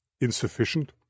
Insufficient